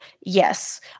Yes